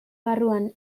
barruan